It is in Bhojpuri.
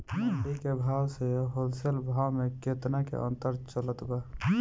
मंडी के भाव से होलसेल भाव मे केतना के अंतर चलत बा?